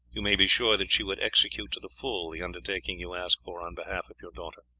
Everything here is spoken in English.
you may be sure that she would execute to the full the undertaking you ask for on behalf of your daughter.